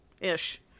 ish